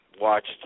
watched